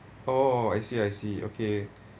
oh I see I see okay